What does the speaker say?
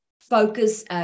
focus